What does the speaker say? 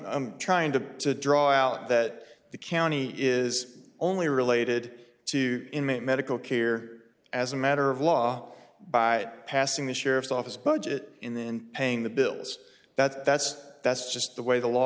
trying to to draw out that the county is only related to inmate medical care as a matter of law by passing the sheriff's office budget in paying the bills that's that's that's just the way the law